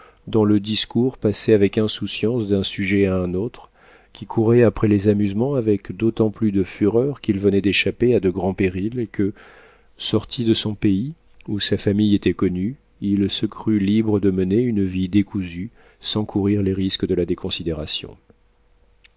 dans le discours passait avec insouciance d'un sujet à un autre qui courait après les amusements avec d'autant plus de fureur qu'il venait d'échapper à de grands périls et que sorti de son pays où sa famille était connue il se crut libre de mener une vie décousue sans courir les risques de la déconsidération